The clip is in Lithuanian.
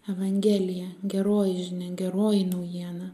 evangelija geroji žinia geroji naujiena